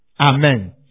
Amen